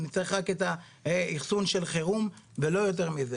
נצטרך רק האחסון של חירום ולא יותר מזה,